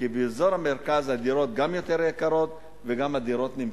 כי באזור המרכז הדירות גם יותר יקרות והן גם נמכרות.